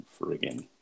friggin